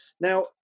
Now